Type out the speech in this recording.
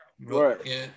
Right